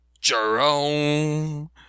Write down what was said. jerome